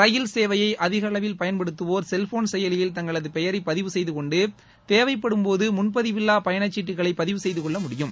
ரயில் சேவையை அதிகளவில் பயள் படுத்துவோர் செல்போன் செயலியில் தங்களது பெயரை பதிவு செய்துகொண்டு தேவைப்படும்போது முன்பதிவில்ள பயணச் சீட்டுகளை பதிவு செய்துகொள்ள முடியும்